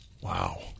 Wow